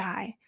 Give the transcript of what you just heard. Die